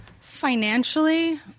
Financially